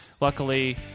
Luckily